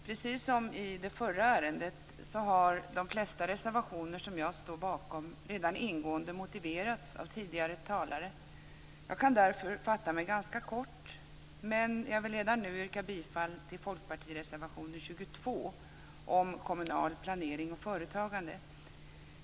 Fru talman! Precis som i det förra ärendet har de flesta reservationer som jag står bakom redan ingående motiverats av tidigare talare. Jag kan därför fatta mig ganska kort, och jag vill redan nu yrka bifall till folkpartireservationen 22 om kommunal planering och företagande.